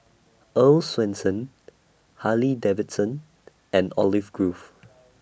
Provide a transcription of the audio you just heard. Earl's Swensens Harley Davidson and Olive Grove